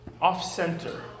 off-center